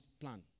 plan